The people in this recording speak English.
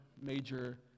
major